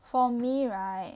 for me right